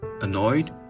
Annoyed